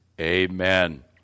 Amen